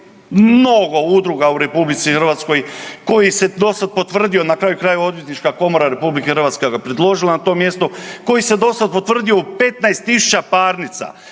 mnogo udruga u RH koji se dosad potvrdio, na kraju krajeva Odvjetnička komora RH ga predložila na to mjesto, koji se dosada potvrdio u 15.000 parnica,